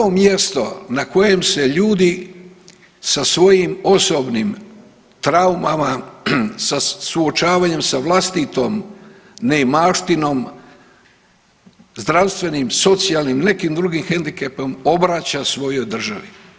To je prvo mjesto na kojem se ljudi sa svojim osobnim traumama, sa suočavanjem sa vlastitom neimaštinom, zdravstvenim, socijalnim, nekim drugim hendikepom obraća svojoj državi.